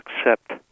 accept